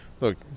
look